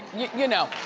you know,